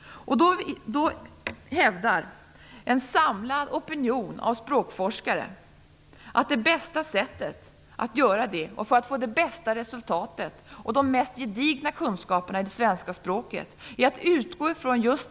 En samlad opinion av språkforskare hävdar att det bästa sättet att göra det är att utgå från just det faktum att man lär sig ett andra språk. Därför bör svenska som andraspråk vara ett eget ämne.